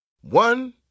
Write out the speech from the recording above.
One